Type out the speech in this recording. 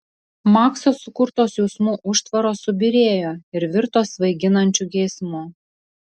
makso sukurtos jausmų užtvaros subyrėjo ir virto svaiginančiu geismu